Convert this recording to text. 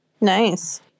Nice